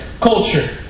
culture